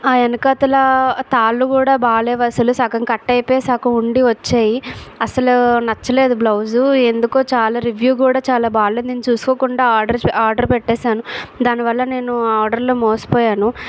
ఆ వెనకాల తాళ్ళు కూడా బాగలేవు అసలు సగం కట్ అయిపోయి సగం ఉండి వచ్చాయి అసలు నచ్చలేదు బ్లౌజు ఎందుకో చాలా రివ్యూ కూడా చాలా బాగలేదు నేను చూసుకోకుండా ఆర్డర్ ఆర్డర్ పెట్టేసాను దానివల్ల నేను ఆర్డర్లో మోసపోయాను